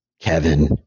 Kevin